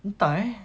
entah eh